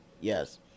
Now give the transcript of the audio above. Yes